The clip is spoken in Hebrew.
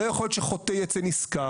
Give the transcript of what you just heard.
לא יכול להיות שחוטא יוצא נשכר.